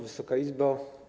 Wysoka Izbo!